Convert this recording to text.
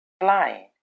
flying